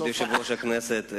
כבוד יושב-ראש הכנסת,